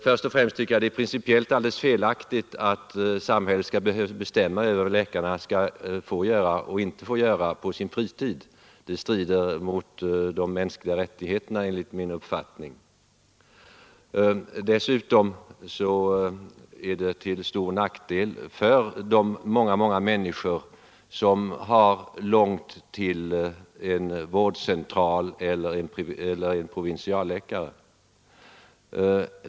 Först och främst tycker jag att det är principiellt alldeles felaktigt att samhället skall bestämma över vad läkarna skall få göra och inte göra på sin fritid. Det strider enligt min uppfattning mot de mänskliga rättigheterna. Dessutom är det till stor nackdel för de många människor som har långt till en vårdcentral eller en provinsialläkare.